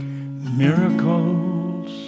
Miracles